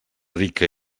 rica